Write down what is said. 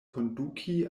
konduki